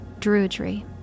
Druidry